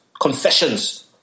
confessions